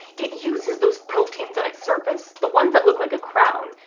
it uses those proteins on its surface, the ones that look like a crown,